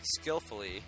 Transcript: skillfully